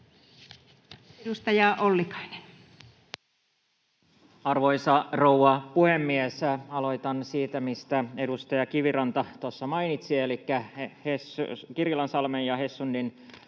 16:37 Content: Arvoisa rouva puhemies! Aloitan siitä, mistä edustaja Kiviranta tuossa mainitsi, elikkä Kirjalansalmen ja Hessundinsalmen